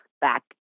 back